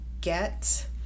get